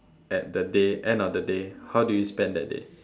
at the day end of the day how do you spend that day